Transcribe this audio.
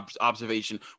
observation